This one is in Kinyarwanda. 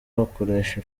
bakoresha